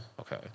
Okay